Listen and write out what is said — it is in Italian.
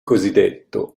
cosiddetto